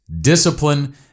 discipline